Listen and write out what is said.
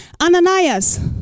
Ananias